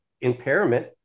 impairment